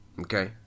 Okay